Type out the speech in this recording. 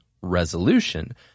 resolution